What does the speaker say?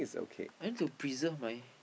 I need to preserve my